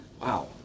Wow